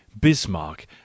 Bismarck